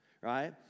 Right